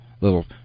little